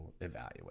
evaluate